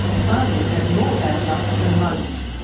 fazel had more bad luck than most.